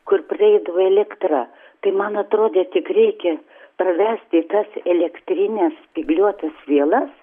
kur praeidavo elektra tai man atrodė tik reikia pravesti tas elektrines spygliuotas vielas